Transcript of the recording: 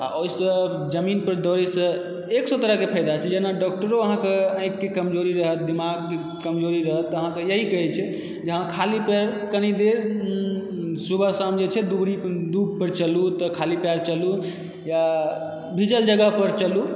ओहिसँ जमीन पर दौड़एके एक सए तरहके फायदा छै जेना डोक्टोरो अहाँकेँ आँखिके कमजोरी रहए दिमागके कमजोरी रहए तऽ इएह कहै छै सुबह शाम खाली पैर दुभि पर चलू या भीजल जगह पर चलू